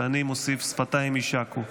ואני מוסיף, שפתיים יישקו.